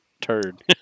turd